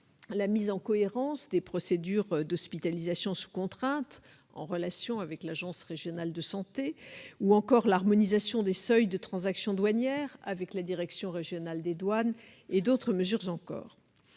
la mise en cohérence des procédures d'hospitalisation sous contrainte, en relation avec l'Agence régionale de santé, ou encore l'harmonisation des seuils de transactions douanières, avec la direction régionale des douanes. Cet article permet ensuite